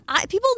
People